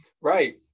Right